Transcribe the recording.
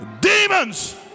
demons